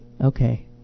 okay